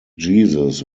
jesus